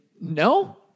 No